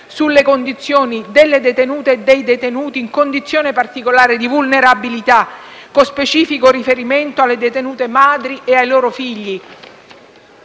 sulla condizione delle detenute e dei detenuti in condizione di particolare vulnerabilità, con specifico riferimento alle detenute madri e ai loro figli;